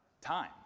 Time